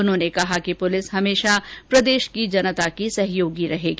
उन्होंने कहा कि पुलिस हमेशा प्रदेश की जनता की सहयोगी रहेगी